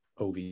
OV